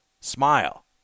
smile